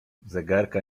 zegarka